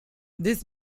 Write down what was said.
this